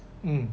mm